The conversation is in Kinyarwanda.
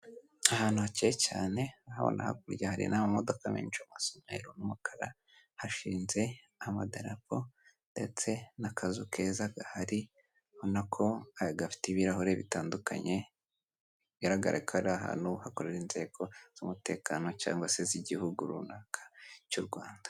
Ahantu hakeye cyane, urabona hakurya hari n'amamodoka menshi amwe asa umweru n'umukara, hashinze amadarapo ndetse n'akazu keza gahari ubonako gafite ibirahure bitandukanye, bigaragara ko ari ahantu hakorerariye inzego z'umutekano, cyangwa se z'igihugu runaka cy'u Rwanda